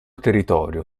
territorio